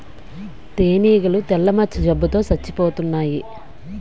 తేనీగలు తెల్ల మచ్చ జబ్బు తో సచ్చిపోతన్నాయి